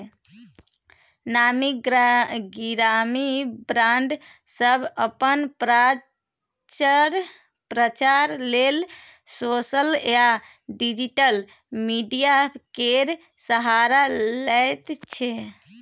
नामी गिरामी ब्राँड सब अपन प्रचार लेल सोशल आ डिजिटल मीडिया केर सहारा लैत छै